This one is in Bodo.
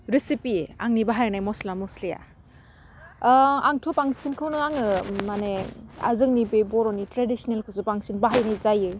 रेसिपि आंनि बाहायनाय मस्ला मस्लिया आंथ' बांसिनखौनो आङो माने जोंनि बे बर'नि ट्रेदिशनेलखौसो बांसिन बाहायनाय जायो